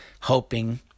hoping